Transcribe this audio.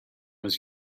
was